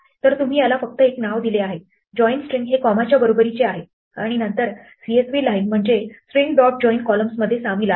तर तुम्ही याला फक्त एक नाव दिले आहे join स्ट्रिंग हे कॉमाच्या बरोबरीचे आहे आणि नंतर सीएसव्ही लाइन म्हणजे स्ट्रिंग डॉट जॉइन कॉलम्समध्ये सामील आहे